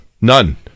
None